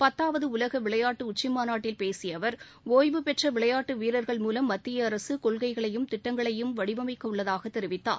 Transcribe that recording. பத்தாவது உலக விளையாட்டு உச்சிமாநாட்டில் பேசிய அவர் ஓய்வுபெற்ற விளையாட்டு வீரர்கள் மூலம் மத்திய அரசு கொள்கைகளையும் திட்டங்களையும் வடிவமைக்க உள்ளதாகத் தெரிவித்தார்